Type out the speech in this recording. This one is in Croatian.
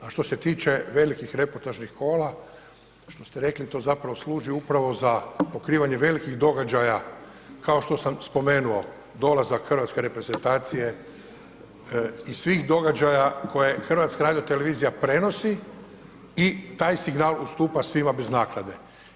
A što se tiče velikih reportažnih kola što ste rekli to zapravo služi upravo za pokrivanje velikih događaja kao što sam spomenuo, dolazak Hrvatske reprezentacije i svih događaja koje HRT prenosi i taj signal ustupa svima bez naknade.